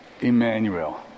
Emmanuel